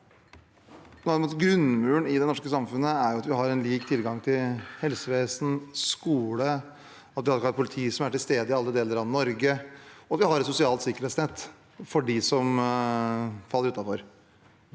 grunnmuren i det norske samfunnet, er at vi har lik tilgang til helsevesen og skole, at vi har et politi som er til stede i alle deler av Norge, og at vi har et sosialt sikkerhetsnett for dem som faller utenfor.